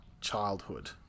childhood